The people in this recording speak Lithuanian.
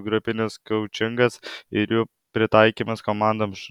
grupinis koučingas ir jų pritaikymas komandoms